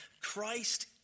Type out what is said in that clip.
Christ